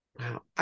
Wow